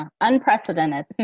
unprecedented